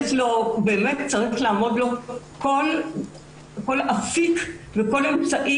באמת צריך לעמוד לו כל אפיק וכל אמצעי